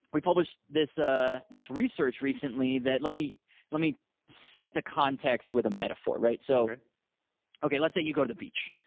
we published this ah this research recently that let me let me set the context with a metaphor, right? so okay, let's say you go to the beach,